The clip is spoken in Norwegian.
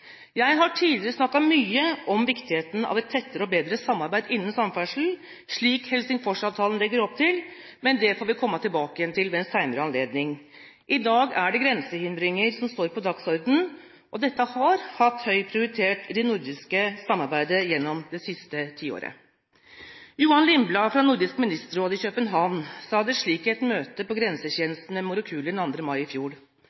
Jeg har tidligere snakket mye om viktigheten av et tettere og bedre samarbeid innen samferdsel, slik Helsingforsavtalen legger opp til, men det får vi komme tilbake til igjen ved en senere anledning. I dag er det grensehindringer som står på dagsordenen, og dette har hatt høy prioritet i det nordiske samarbeidet gjennom det siste tiåret. Johan Lindblad fra Nordisk ministerråd i København sa det slik i et møte på Grensetjenesten ved Morokulien den 2. mai i fjor: